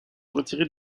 retirer